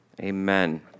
Amen